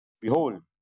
Behold